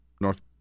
North